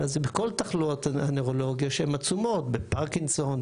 אלא זה בכל תחלואות הנוירולוגיה שהן עצומות: בפרקינסון,